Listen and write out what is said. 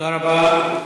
תודה רבה.